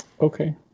Okay